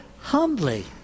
Humbly